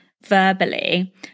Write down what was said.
verbally